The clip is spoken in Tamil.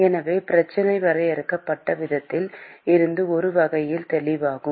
எனவே பிரச்சனை வரையறுக்கப்பட்ட விதத்தில் இருந்து இது ஒருவகையில் தெளிவாகும்